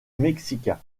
mexicain